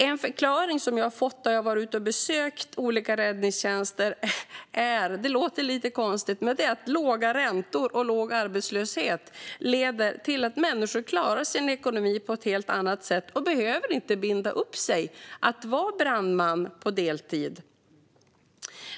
En förklaring som jag har fått när jag har varit ute och besökt olika räddningstjänster är - det låter lite konstigt - att låga räntor och låg arbetslöshet leder till att människor klarar sin ekonomi på ett helt annat sätt och inte behöver binda upp sig till att vara brandmän på deltid.